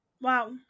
Wow